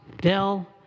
Dell